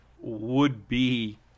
would-be